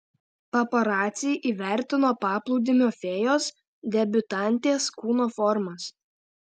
paparaciai įvertino paplūdimio fėjos debiutantės kūno formas